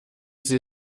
sie